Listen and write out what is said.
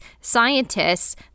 scientists